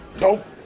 Nope